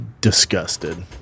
disgusted